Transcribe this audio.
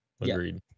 Agreed